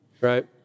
right